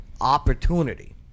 opportunity